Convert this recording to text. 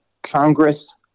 Congress